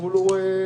הטיפול הוא דומה.